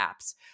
apps